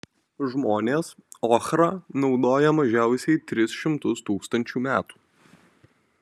žmonės ochrą naudoja mažiausiai tris šimtus tūkstančių metų